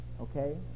Okay